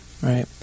right